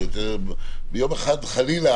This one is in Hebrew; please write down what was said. ביום אחד חלילה,